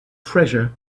treasure